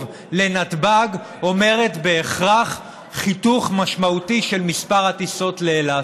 לנתב"ג אומר בהכרח חיתוך משמעותי של מספר הטיסות לאילת,